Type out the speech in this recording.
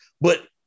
but-